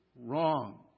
wrong